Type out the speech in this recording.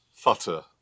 futter